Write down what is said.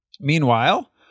Meanwhile